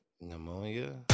Pneumonia